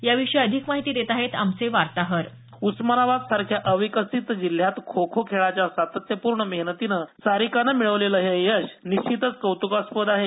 याविषयी अधिक माहिती देत आहेत आमचे वार्ताहर उस्मानाबाद सारख्या अविकसित जिल्ह्यात खो खो खेळाच्या सातत्यपूर्ण मेहनतिने सारिकाने मिळवलेलं हे यश निश्चितच कौतुकास्पद आहे